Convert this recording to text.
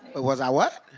was i what?